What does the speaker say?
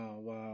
wow